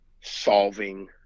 solving